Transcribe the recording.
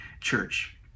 Church